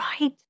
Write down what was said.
Right